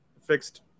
Fixed